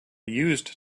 used